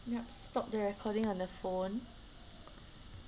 yup stop the recording on the phone